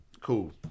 Cool